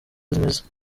zimeze